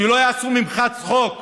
שלא יעשו ממך צחוק.